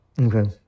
Okay